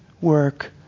work